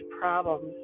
problems